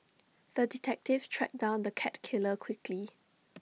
the detective tracked down the cat killer quickly